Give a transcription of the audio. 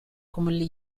commonly